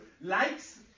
likes